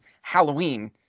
Halloween